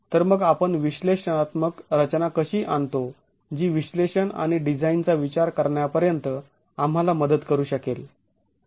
तर मग आपण विश्लेषणात्मक रचना कशी आणतो जी विश्लेषण आणि डिझाईनचा विचार करण्यापर्यंत आम्हाला मदत करू शकेल